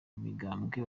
imigambwe